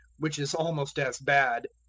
which is almost as bad.